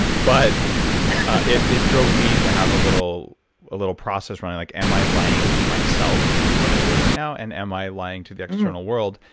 but it it drove me to have a little ah little process running, like, am i lying to myself with what i'm doing right now, and am i lying to the external world?